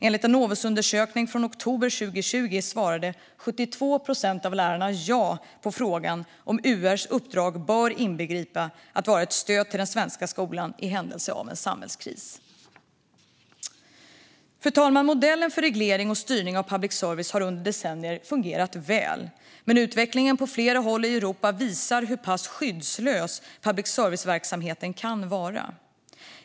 Enligt en Novusundersökning från oktober 2020 svarade 72 procent av lärarna ja på frågan om UR:s uppdrag bör inbegripa att vara ett stöd till den svenska skolan i händelse av en samhällskris. Fru talman! Modellen för reglering och styrning av public service har under decennier fungerat väl, men utvecklingen på flera håll i Europa visar hur pass skyddslös public service-verksamheten kan vara.